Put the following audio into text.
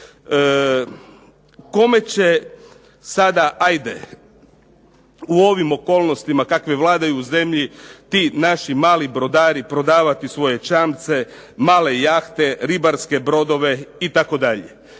Kome će sada, ajde u ovim okolnostima koje vladaju zemlji ti naši mali brodari prodavati svoje čamce, male jahte, ribarske brodove itd.